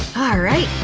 alright,